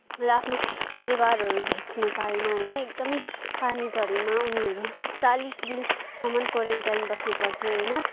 र आफ्नो परिवारहरू भेट्न पाएन होइन एकदमै पानी झरीमा उनीहरू चालिस दिनसम्म क्वारिन्टाइन बस्न पर्थ्यो होइन